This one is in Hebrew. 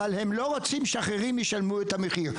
אבל הם לא רוצים שאחרים ישלמו את המחיר.